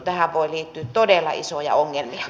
tähän voi liittyä todella isoja ongelmia